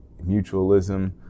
mutualism